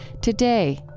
Today